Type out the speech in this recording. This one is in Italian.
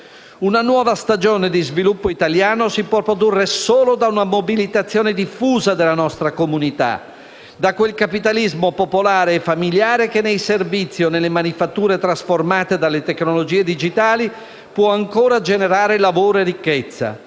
Una nuova stagione di sviluppo italiano si può produrre solo da una mobilitazione diffusa della nostra comunità, da quel capitalismo popolare e familiare che nei servizi o nelle manifatture trasformate dalle tecnologie digitali può ancora generare lavoro e ricchezza.